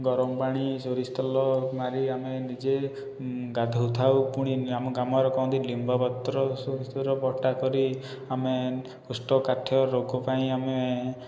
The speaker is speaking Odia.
ଗରମ ପାଣି ସୋରିଷ ତେଲ ମାରି ଆମେ ନିଜେ ଗାଧୋଉଥାଉ ପୁଣି ଆମ ଗ୍ରାମରେ କୁହନ୍ତି ଲିମ୍ବ ପତ୍ର ବଟା କରି ଆମେ କୋଷ୍ଠକାଠ୍ୟ ରୋଗ ପାଇଁ ଆମେ